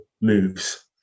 moves